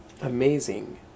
Amazing